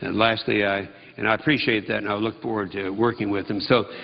and lastly, i and i appreciate that and i look forward to working with him. so